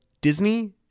Disney